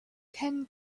ten